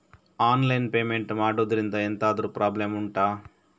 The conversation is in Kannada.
ಆನ್ಲೈನ್ ಪೇಮೆಂಟ್ ಮಾಡುದ್ರಿಂದ ಎಂತಾದ್ರೂ ಪ್ರಾಬ್ಲಮ್ ಉಂಟಾ